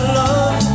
love